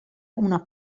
una